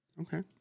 Okay